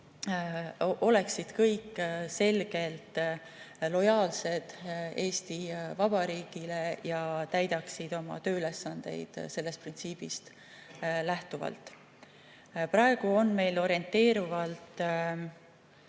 oleksid selgelt lojaalsed Eesti Vabariigile ja täidaksid oma tööülesandeid sellest printsiibist lähtuvalt. Praegu on meil orienteeruvalt